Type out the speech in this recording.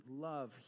love